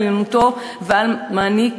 בעליונותו על מעניק